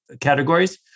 categories